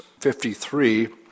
53